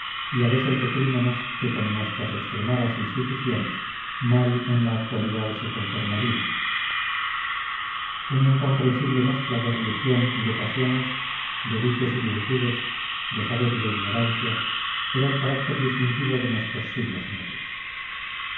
y a veces de crímenes que con nuestras extremadas instituciones mal en la actualidad se conformarían una incomprensible mezcla de religión y de pasiones de vicios y virtudes de saber y de ignorancia era el carácter distintivo de nuestros siglos medios